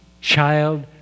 child